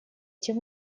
тем